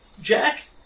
Jack